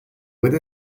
with